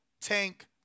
Tank